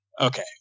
Okay